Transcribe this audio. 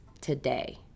today